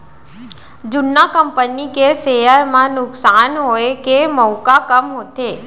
जुन्ना कंपनी के सेयर म नुकसान होए के मउका कम होथे